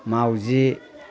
माउजि